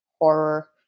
horror